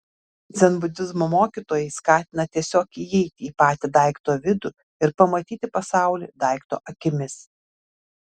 dzenbudizmo mokytojai skatina tiesiog įeiti į patį daikto vidų ir pamatyti pasaulį daikto akimis